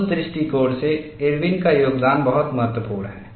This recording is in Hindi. उस दृष्टिकोण से इरविन का योगदान बहुत महत्वपूर्ण है